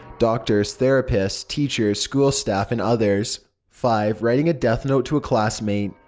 doctors, therapists, teachers, school staff, and others. five writing a death note to a classmate.